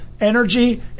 energy